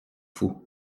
fous